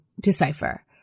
decipher